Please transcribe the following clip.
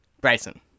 Bryson